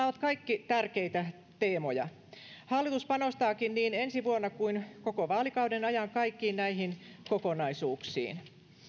ovat kaikki tärkeitä teemoja hallitus panostaakin niin ensi vuonna kuin koko vaalikauden ajan kaikkiin näihin kokonaisuuksiin